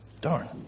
Darn